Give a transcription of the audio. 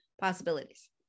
possibilities